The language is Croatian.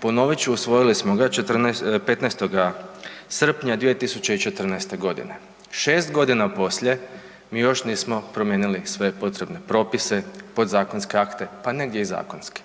Ponovit ću, usvojili smo ga 15. srpnja 2014. godine, 6 godina poslije mi još nismo promijenili sve potrebne propise, podzakonske akte pa negdje i zakonske.